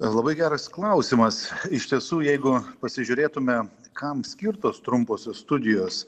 labai geras klausimas iš tiesų jeigu pasižiūrėtume kam skirtos trumposios studijos